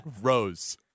Rose